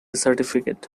certificate